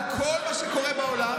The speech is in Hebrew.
על כל מה שקורה בעולם,